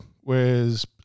Whereas